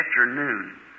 afternoon